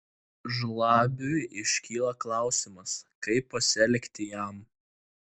žlabiui iškyla klausimas kaip pasielgti jam